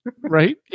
Right